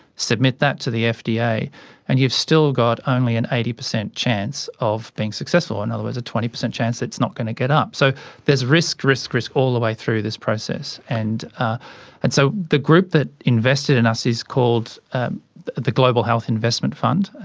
submit that to the fda and you've still got only an eighty percent chance of being successful. in and other words, a twenty percent chance it's not going to get up. so there's risk, risk, risk all the way through this process. and ah and so the group that invested in us is called ah the global health investment fund.